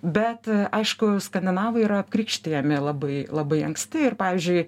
bet aišku skandinavai yra apkrikštijami labai labai anksti ir pavyzdžiui